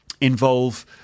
involve